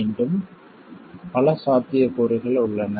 மீண்டும் பல சாத்தியக்கூறுகள் உள்ளன